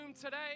today